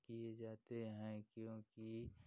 किए जाते हैं क्योंकि